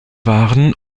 waren